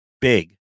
big